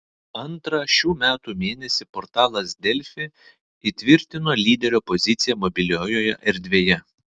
antrą šių metų mėnesį portalas delfi įtvirtino lyderio poziciją mobiliojoje erdvėje